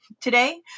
Today